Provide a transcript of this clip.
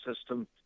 system